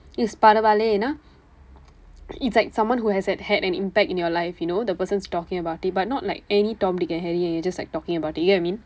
it's பரவாயில்லை ஏன் என்றால்:paravaayillai een enraal it's like someone who has an had an impact in your life you know the person's talking about it but not like any tom dick and harry and you just like talking it you get what I mean